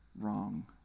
wrong